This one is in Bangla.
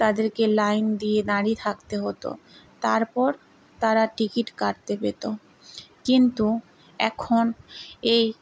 তাদেরকে লাইন দিয়ে দাঁড়িয়ে থাকতে হতো তারপর তারা টিকিট কাটতে পেতো কিন্তু এখন এই